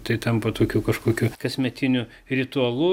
tai tampa tokiu kažkokiu kasmetiniu ritualu